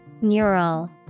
Neural